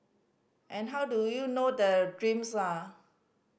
and how do you know the dreams are